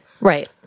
Right